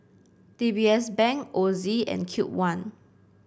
D B S Bank Ozi and Cube one